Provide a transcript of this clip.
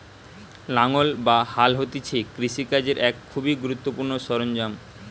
লাঙ্গল বা হাল হতিছে কৃষি কাজের এক খুবই গুরুত্বপূর্ণ সরঞ্জাম